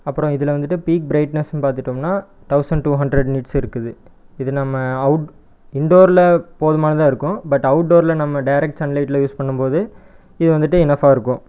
அப்புறம் இதில் வந்துவிட்டு பீக் பிரைட்னஸுன்னு பார்த்துட்டோம்னா தௌசண்ட் டூ நீட்ஸு இருக்குது இது நம்ம அவுட் இண்டோரில் போதுமானதாக இருக்கும் பட் அவுட்டோரில் நம்ம டேரெக்ட் சன்லைட்டில் யூஸ் பண்ணும் போது இது வந்துவிட்டு எனஃபாயிருக்கும்